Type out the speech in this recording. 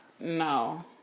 No